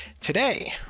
Today